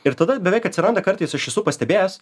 ir tada beveik atsiranda kartais aš esu pastebėjęs